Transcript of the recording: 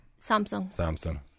Samsung